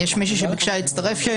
יש מישהי שביקשה להצטרף.